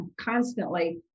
constantly